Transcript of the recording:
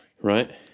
Right